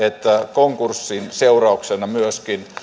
konkurssin seurauksena